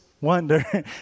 wonder